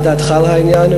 מה דעתך על העניין,